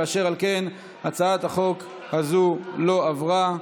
אשר על כן, הצעת החוק הזו לא עברה.